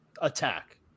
Attack